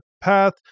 path